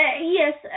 yes